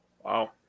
Wow